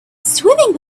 swimming